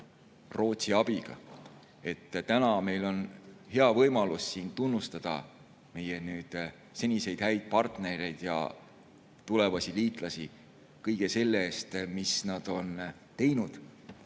Rootsi abiga. Täna meil on hea võimalus tunnustada meie seniseid häid partnereid ja tulevasi liitlasi kõige selle eest, mis nad on teinud